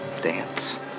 Dance